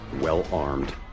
well-armed